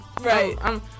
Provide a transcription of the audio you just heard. Right